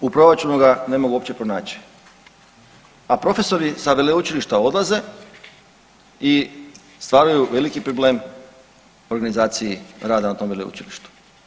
U proračunu ga ne mogu uopće pronaći, a profesori sa veleučilišta odlaze i stvaraju veliki problem organizaciji rada na tome veleučilištu.